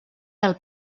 del